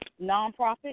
Nonprofit